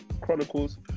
Chronicles